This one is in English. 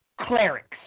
clerics